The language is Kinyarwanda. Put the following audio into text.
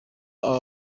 aba